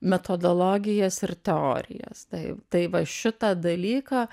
metodologijas ir teorijas tai tai va šitą dalyką